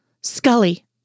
Scully